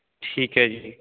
ਠੀਕ ਹੈ ਜੀ